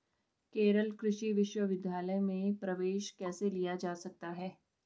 केरल कृषि विश्वविद्यालय में प्रवेश कैसे लिया जा सकता है?